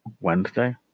Wednesday